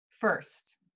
first